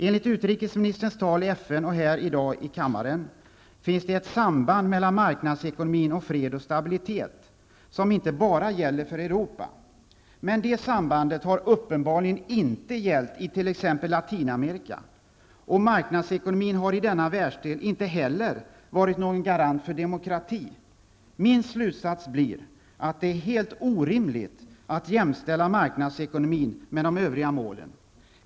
Enligt utrikesministerns tal i FN och här i dag i kammaren finns det ett samband mellan marknadsekonomin och fred och stabilitet, som inte bara gäller för Europa. Men det sambandet har uppenbarligen inte gällt i t.ex. Latinamerika. Marknadsekonomin har inte heller varit någon garant för demokrati i denna världsdel. Min slutsats blir att det är helt orimligt att jämställa marknadsekonomin med de övriga målen.